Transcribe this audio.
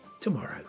tomorrow